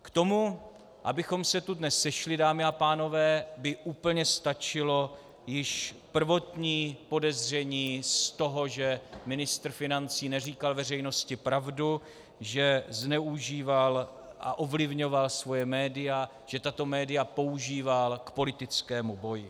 K tomu, abychom se tu dnes sešli, dámy a pánové, by úplně stačilo již prvotní podezření z toho, že ministr financí neříkal veřejnosti pravdu, že zneužíval a ovlivňoval svoje média, že tato média používal k politickému boji.